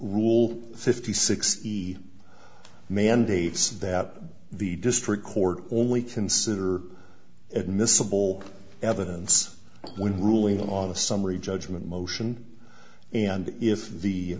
rule fifty six he mandates that the district court only consider admissible evidence when ruling on a summary judgment motion and if the